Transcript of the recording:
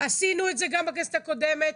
עשינו את זה גם בכנסת הקודמת,